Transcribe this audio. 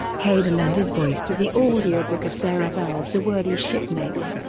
hader lent his voice to the audiobook of sarah vowell's the wordy shipmates.